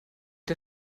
der